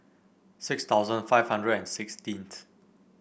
six thousand five hundred and sixteenth